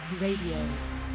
Radio